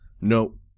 No